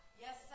Yes